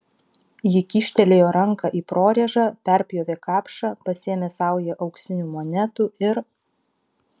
ji kyštelėjo ranką į prorėžą perpjovė kapšą pasėmė saują auksinių monetų ir